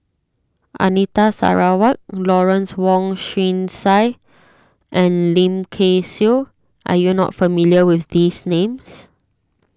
Anita Sarawak Lawrence Wong Shyun Tsai and Lim Kay Siu are you not familiar with these names